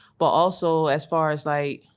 but also as far as like,